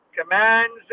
commands